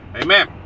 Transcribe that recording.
amen